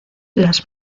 las